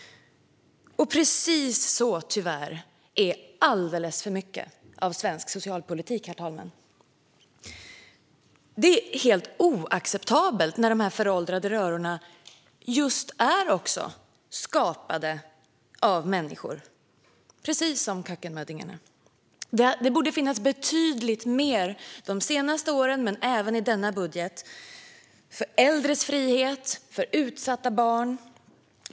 Precis så är det tyvärr med alldeles för mycket av svensk socialpolitik, herr talman. Det är helt oacceptabelt när dessa föråldrade röror också är skapade just av människor, precis som kökkenmöddingarna. Det borde ha funnits betydligt mer, de senaste åren men även i denna budget, för äldres frihet och för utsatta barn.